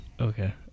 Okay